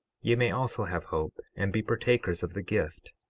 ye may also have hope, and be partakers of the gift,